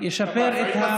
ישפר את,